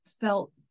felt